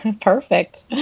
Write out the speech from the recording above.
Perfect